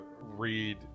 read